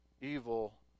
evil